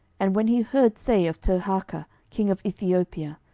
and when he heard say of tirhakah king of ethiopia,